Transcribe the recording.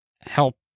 help